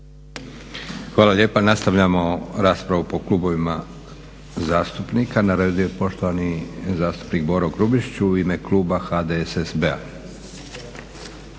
Hvala lijepa. Nastavljamo raspravu po klubovima zastupnika. Na redu je poštovani zastupnik Boro Grubišić u ime kluba HDSSB-a.